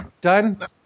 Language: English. done